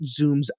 zooms